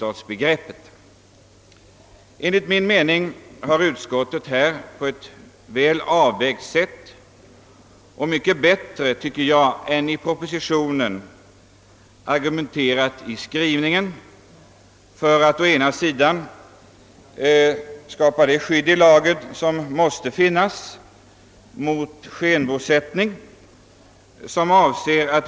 Det är endast för den lilla gruppen som vi har talat. I propositionen föreslås en komplettering av bestämmelserna rörande det skatterättsliga bosättningsbegreppet.